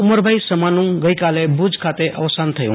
ઉમરભાઈ સમાનું ગઈકાલે ભુજ ખાતે અવસાન થયું